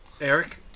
Eric